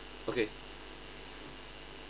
okay